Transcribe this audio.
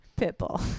Pitbull